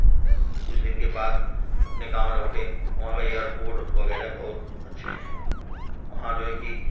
कुछ दिन के बाद अपने गाँव लौटे वहाँ का एयरपोर्ट वगैरह बहुत अच्छे हैं वहाँ जो है कि